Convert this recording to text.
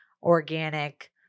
Organic